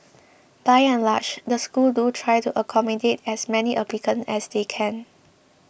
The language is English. by and large the schools do try to accommodate as many applicants as they can